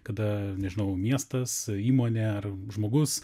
kada nežinau miestas įmonė ar žmogus